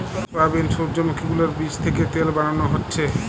soybean, সূর্যোমুখী গুলোর বীচ থিকে তেল বানানো হচ্ছে